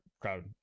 crowd